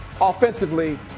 offensively